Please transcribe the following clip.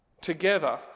together